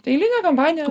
eilinė kampanija